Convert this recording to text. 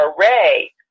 array